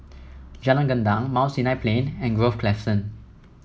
Jalan Gendang Mount Sinai Plain and Grove Crescent